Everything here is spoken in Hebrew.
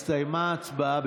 הסתיימה ההצבעה.